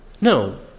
No